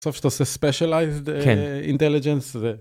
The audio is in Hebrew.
בסוף כשאתה עושה specialized כן intelligence ו